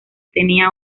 tenía